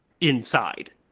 inside